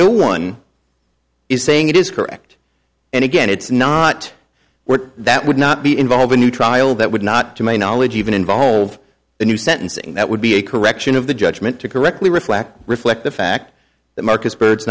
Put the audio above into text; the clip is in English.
no one is saying it is correct and again it's not a word that would not be involved a new trial that would not to my knowledge even involve the new sentencing that would be a correction of the judgment to correctly reflect reflect the fact that marcus bird